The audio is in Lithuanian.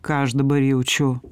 ką aš dabar jaučiu